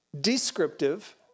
Descriptive